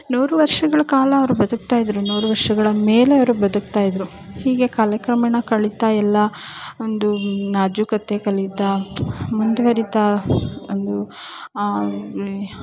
ನೂರು ವರ್ಷಗಳ ಕಾಲ ಅವರು ಬದುಕ್ತಾಯಿದ್ದರು ನೂರು ವರ್ಷಗಳ ಮೇಲೆ ಅವರು ಬದುಕ್ತಾಯಿದ್ದರು ಹೀಗೆ ಕಾಲಕ್ರಮೇಣ ಕಳೀತಾ ಎಲ್ಲ ಒಂದು ನಾಜೂಕತೆ ಕಲಿತಾ ಮುಂದುವರಿತಾ ಒಂದು ಈ